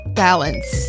balance